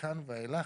מכאן ואילך,